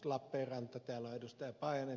lappeenranta täällä ed